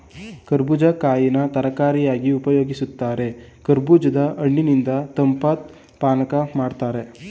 ಕರ್ಬೂಜ ಕಾಯಿನ ತರಕಾರಿಯಾಗಿ ಉಪಯೋಗಿಸ್ತಾರೆ ಕರ್ಬೂಜದ ಹಣ್ಣಿನಿಂದ ತಂಪಾದ್ ಪಾನಕ ಮಾಡ್ತಾರೆ